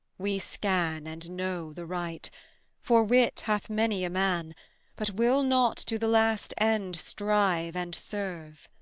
we scan and know the right for wit hath many a man but will not to the last end strive and serve.